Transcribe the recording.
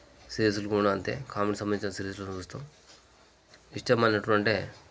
సీరీసులు కూడా అంతే కామెడీకి సంబంధించిన సీరిస్లు చూస్తాము ఇష్టమైనవి అంటే